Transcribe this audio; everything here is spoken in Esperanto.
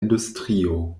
industrio